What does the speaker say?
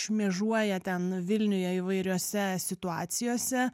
šmėžuoja ten vilniuje įvairiose situacijose